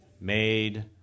Made